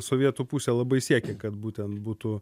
sovietų pusė labai siekė kad būtent būtų